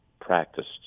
practiced